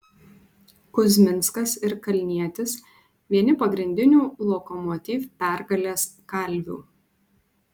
kuzminskas ir kalnietis vieni pagrindinių lokomotiv pergalės kalvių